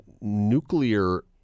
nuclear